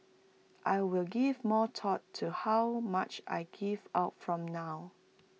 I will give more thought to how much I give out from now